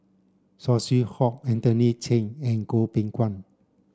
Saw Swee Hock Anthony Chen and Goh Beng Kwan